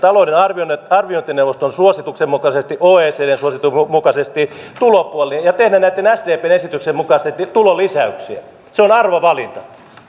talouden arviointineuvoston suosituksen mukaisesti ja oecdn suosituksen mukaisesti ottaa käyttöön tulopuolen ja tehdä näitten sdpn esitysten mukaisesti tulolisäyksiä se on arvovalinta